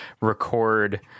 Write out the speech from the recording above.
Record